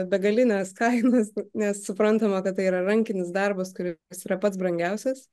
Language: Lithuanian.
begalinės kainos nes suprantama kad tai yra rankinis darbas kuris yra pats brangiausias